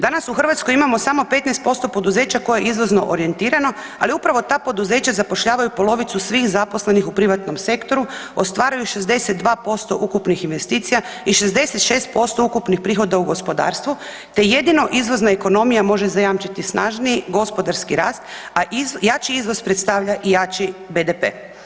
Danas u Hrvatskoj imamo samo 15% poduzeća koje je izvozno orijentirano, ali upravo ta poduzeća zapošljavaju polovicu svih zaposlenih u privatnom sektoru, ostvaruju 62% ukupnih investicija i 66% ukupnih prihoda u gospodarstvu, te jedino izvozna ekonomija može zajamčiti snažniji gospodarski rast a jači izvoz predstavlja i jači BDP.